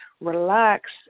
relax